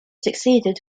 succeeded